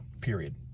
period